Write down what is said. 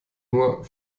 nur